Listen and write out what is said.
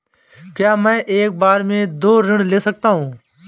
क्या मैं एक बार में दो ऋण ले सकता हूँ?